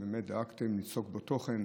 ובאמת דאגתם ליצוק בו תוכן.